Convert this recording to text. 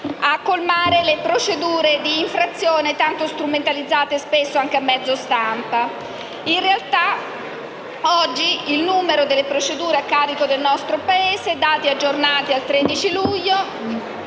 a colmare le procedure di infrazione, tanto strumentalizzate spesso anche a mezzo stampa. In realtà, oggi, il numero delle procedure a carico del nostro Paese - dati aggiornati al 13 luglio